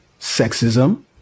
sexism